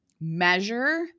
measure